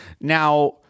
Now